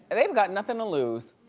and they've got nothing to lose.